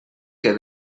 que